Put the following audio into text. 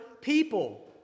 people